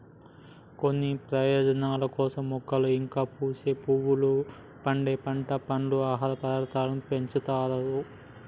కొన్ని ప్రయోజనాల కోసం మొక్కలు ఇంకా పూసే పువ్వులు, పండే పంట, పండ్లు, ఆహార పదార్థాలను పెంచుతారు